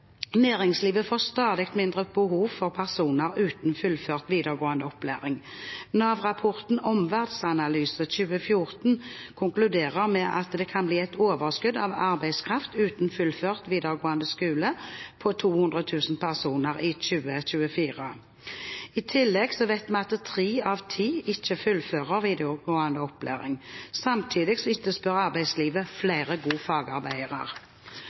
Næringslivet får stadig mindre behov for personer uten fullført videregående opplæring. Nav-rapporten Omverdensanalyse 2014 konkluderer med at det kan bli et overskudd av arbeidskraft uten fullført videregående skole på 200 000 personer i 2024. I tillegg vet vi at tre av ti ikke fullfører videregående opplæring. Samtidig etterspør arbeidslivet flere gode fagarbeidere.